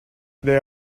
they